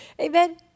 Amen